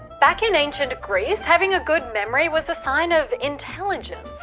back in ancient greece, having a good memory was a sign of intelligence.